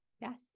Yes